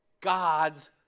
God's